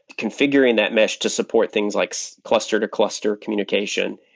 configuring that mesh to support things like so cluster-to-cluster communication,